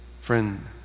Friend